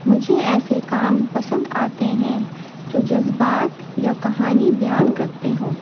مجھے ایسے کام پسند آتے ہیں جو جذبات یا کہانی بیان کرتے ہوں